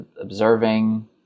observing